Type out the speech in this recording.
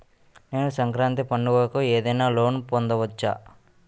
నేను సంక్రాంతి పండగ కు ఏదైనా లోన్ పొందవచ్చా?